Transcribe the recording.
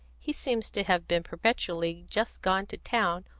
he seems to have been perpetually just gone to town,